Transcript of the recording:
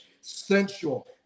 sensual